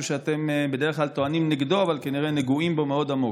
שאתם בדרך כלל טוענים נגדו אבל כנראה נגועים בו מאוד עמוק.